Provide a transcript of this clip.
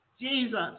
Jesus